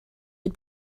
had